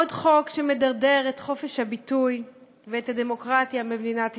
עוד חוק שמדרדר את חופש הביטוי ואת הדמוקרטיה במדינת ישראל.